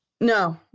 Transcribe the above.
no